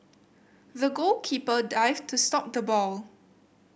the goalkeeper dived to stop the ball